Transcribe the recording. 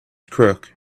crook